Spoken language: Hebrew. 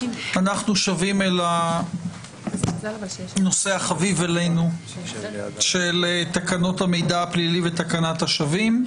אנחנו שבים אל הנושא החביב עלינו של תקנות המידע הפלילי ותקנת השבים.